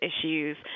issues